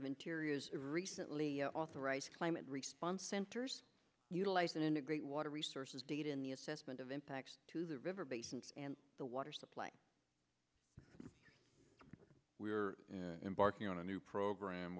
of interior recently authorized climate response centers utilizing integrate water resources data in the assessment of impacts to the river basin and the water supply we are in barking on a new program